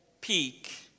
peak